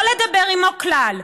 לא לדבר עימו כלל,